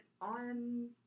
on